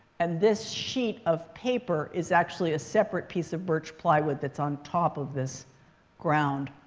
and this sheet of paper is actually a separate piece of birch plywood that's on top of this ground.